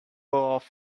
off